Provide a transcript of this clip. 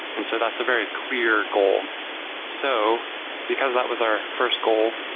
and so that's a very clear goal so because that was our first goal,